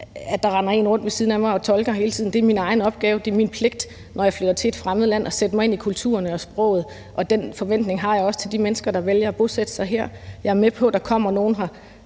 og render rundt ved siden af mig og tolker hele tiden. Det er min egen opgave. Det er min pligt, når jeg flytter til et fremmed land, at sætte mig ind i kulturen og sproget, og den forventning har jeg også til de mennesker, der vælger at bosætte sig her. Jeg er med på, at der kommer nogen her